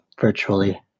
virtually